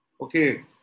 Okay